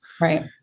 Right